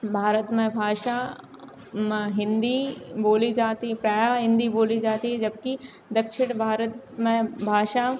भारत में भाषा हिन्दी बोली जाती है प्रायः हिन्दी बोली जाती है जबकि दक्षिण भारत में भाषा